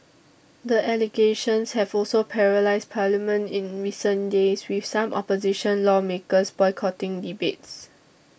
the allegations have also paralysed parliament in recent days with some opposition lawmakers boycotting debates